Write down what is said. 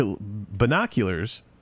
binoculars